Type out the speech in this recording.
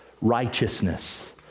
Righteousness